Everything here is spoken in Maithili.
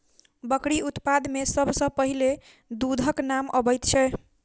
बकरी उत्पाद मे सभ सॅ पहिले दूधक नाम अबैत छै